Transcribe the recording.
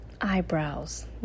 eyebrows